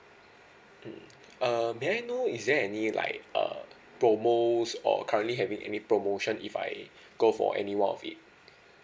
mm err may I know is there any like uh promos or currently having any promotion if I go for any one of it